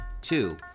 Two